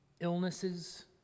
illnesses